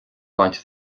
baint